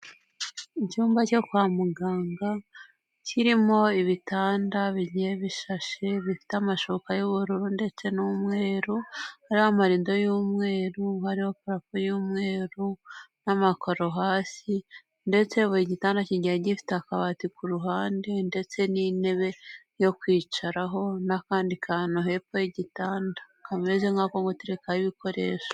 Icyumba cyo kwa muganga kirimo ibitanda bigiye bishashe bifite amashuka y'ubururu ndetse n'umweru, hariho amarido y'umweru, hariho purafo y'umweru n'amakaro hasi ndetse buri gitanda kigiye gifite akabati ku ruhande ndetse n'intebe yo kwicaraho n'akandi kantu hepfo y'igitanda kameze nk'ako guterekaho ibikoresho.